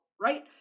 right